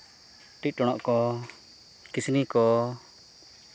ᱴᱤᱜ ᱴᱚᱬᱚᱜ ᱠᱚ ᱠᱤᱥᱱᱤ ᱠᱚ